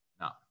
No